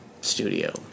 studio